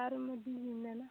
चारमध्ये लिहून द्या ना